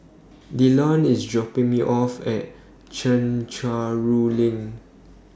Dylon IS dropping Me off At Chencharu LINK